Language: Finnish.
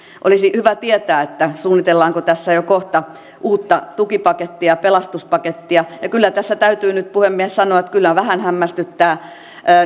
olisi hyvä tietää suunnitellaanko tässä jo kohta uutta tukipakettia pelastuspakettia ja kyllä tässä täytyy nyt puhemies sanoa että vähän hämmästyttää